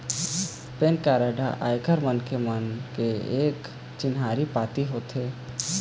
PAN card ह आयकर मनखे मन के एक चिन्हारी पाती होथे